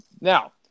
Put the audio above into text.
Now